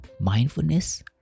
mindfulness